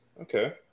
okay